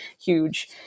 huge